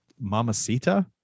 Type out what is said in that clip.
Mamacita